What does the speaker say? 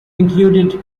included